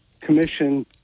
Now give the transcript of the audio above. commission